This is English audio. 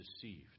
deceived